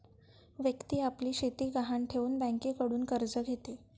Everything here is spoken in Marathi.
व्यक्ती आपली शेती गहाण ठेवून बँकेकडून कर्ज घेते